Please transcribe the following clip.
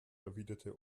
erwiderte